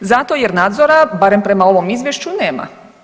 Zato jer nadzora, barem prema ovom izvješću nema.